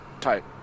Tight